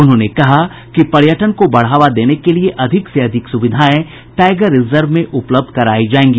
उन्होंने कहा कि पर्यटन को बढ़ावा देने के लिए अधिक से अधिक सुविधाएं टाइगर रिजर्व में उपलब्ध करायी जायेंगी